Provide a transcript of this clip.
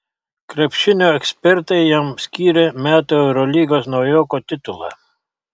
krepšinio ekspertai jam skyrė metų eurolygos naujoko titulą